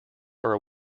are